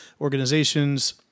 organizations